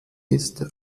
ist